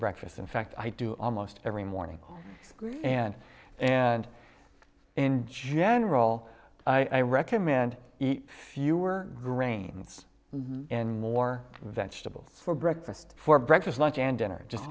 breakfast in fact i do almost every morning greek and and in general i recommend eat fewer grains and more vegetables for breakfast for breakfast lunch and dinner just